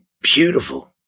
Beautiful